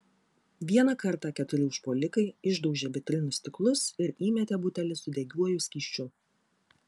vieną kartą keturi užpuolikai išdaužė vitrinų stiklus ir įmetė butelį su degiuoju skysčiu